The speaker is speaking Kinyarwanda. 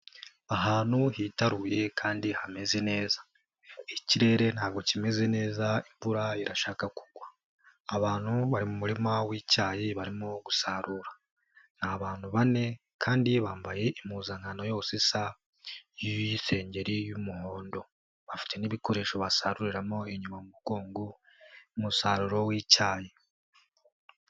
Ahantu hitaruye kandi hameze neza. Ikirere ntabwo kimeze neza, imvura irashaka kugwa. Abantu bari mu murima w'icyayi barimo gusarura. Ni abantu bane kandi bambaye impuzankano yose isa, iy'isengeri y'umuhondo. Bafite n'ibikoresho basaruriramo inyuma mu mugongo umusaruro w'icyayi.